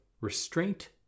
restraint